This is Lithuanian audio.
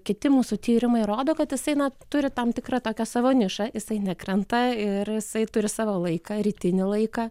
kiti mūsų tyrimai rodo kad jisai na turi tam tikrą tokią savo nišą jisai nekrenta ir jisai turi savo laiką rytinį laiką